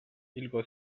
hilko